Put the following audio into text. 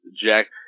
Jack